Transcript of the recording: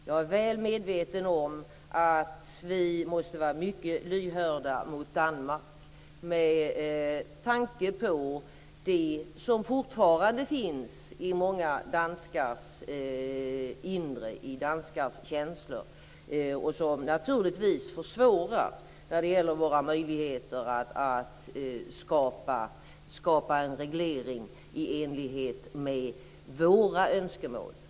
Jag är väl medveten om att vi måste vara mycket lyhörda mot Danmark med tanke på det som fortfarande finns i många danskars känslor och som naturligtvis försvårar när det gäller våra möjligheter att skapa en reglering i enlighet med våra önskemål.